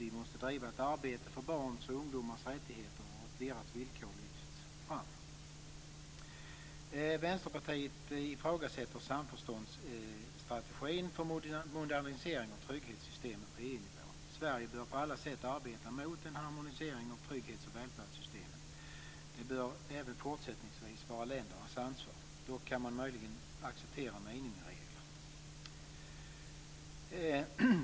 Vi måste driva ett arbete för barn och ungdomar så att deras rättigheter och villkor lyfts fram. Vänsterpartiet ifrågasätter samförståndsstrategin för modernisering av trygghetssystemen på EU-nivå. Sverige bör på alla sätt arbeta mot en harmonisering av trygghets och välfärdssystemen. Det bör även fortsättningsvis vara ländernas ansvar. Dock kan man möjligen acceptera minimiregler.